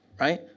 right